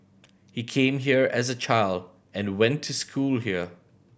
he came here as a child and went to school here